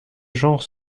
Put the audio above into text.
genre